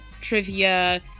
trivia